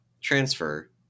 transfer